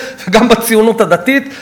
וגם בציונות הדתית.